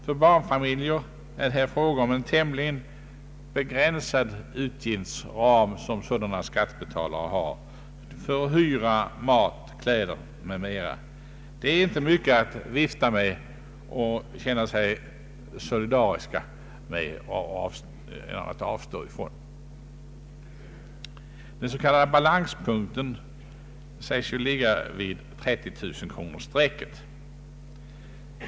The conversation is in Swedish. För barnfamiljer är det fråga om en tämligen begränsad utgiftsram som sådana skattebetalare har för hyra, mat, kläder m.m. Det är inte mycket att vifta med. Den s.k. balanspunkten sägs ligga vid 30 000-kronorsstrecket.